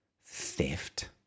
theft